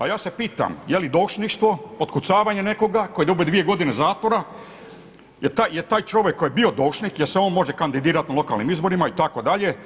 A ja se pitam je li doušništvo otkucavanje nekoga tko je dobio dvije godine zatvora, jer taj čovjek koji je bio doušnik jel' se on može kandidirati na lokalnim izborima itd.